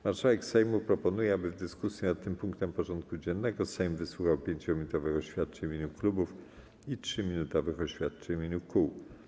Marszałek Sejmu proponuje, aby w dyskusji nad tym punktem porządku dziennego Sejm wysłuchał 5-minutowych oświadczeń w imieniu klubów i 3-minutowych oświadczeń w imieniu kół.